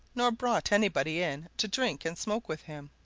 nor brought anybody in to drink and smoke with him.